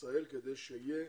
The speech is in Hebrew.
בישראל כדי שיהיה